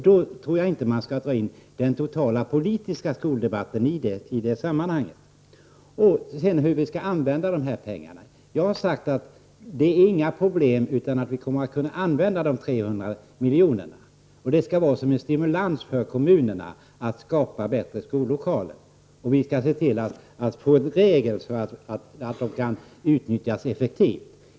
Då tror jag inte att man skall ta in den totala politiska skoldebatten. Hur skall vi använda pengarna? Jag har sagt att det inte är några problem. Vi kommer att kunna använda dessa 300 miljoner. De skall vara en stimulans för kommunerna att skapa bättre skollokaler. Vi skall se till att vi får regler så att kommunerna utnyttjar pengarna effektivt.